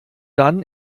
dann